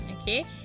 okay